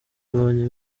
ibonye